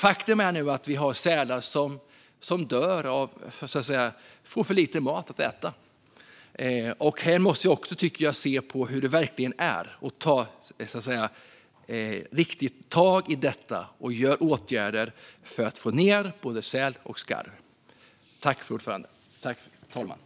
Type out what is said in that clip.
Faktum är att det finns sälar som dör för att de får för lite att äta. Vi måste se på hur läget verkligen är och ta tag i det här på riktigt genom att vidta åtgärder för att få ned antalet säl och skarv.